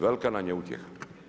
Velika nam je utjeha.